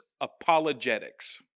Apologetics